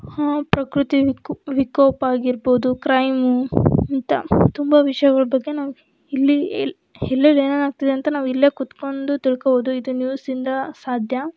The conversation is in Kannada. ಪ್ರಕೃತಿ ವಿಕೋಪ ವಿಕೋಪ ಆಗಿರ್ಬೋದು ಕ್ರೈಮು ಇಂಥ ತುಂಬ ವಿಷ್ಯಗಳ ಬಗ್ಗೆ ನಾವು ಇಲ್ಲಿ ಎಲ್ಲಿ ಎಲ್ಲೆಲ್ ಏನೇನು ಆಗ್ತಿದೆ ಅಂತ ನಾವು ಇಲ್ಲೇ ಕೂತ್ಕೊಂಡು ತಿಳ್ಕೋಬೋದು ಇದು ನ್ಯೂಸಿಂದ ಸಾಧ್ಯ